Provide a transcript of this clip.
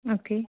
okay